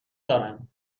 دارند